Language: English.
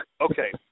Okay